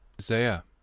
Isaiah